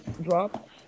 drop